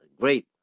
Great